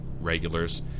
regulars